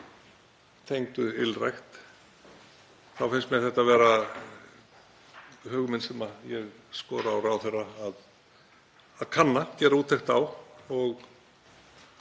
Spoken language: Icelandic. tengdu ylrækt þá finnst mér þetta vera hugmynd sem ég skora á ráðherra að kanna og gera úttekt á.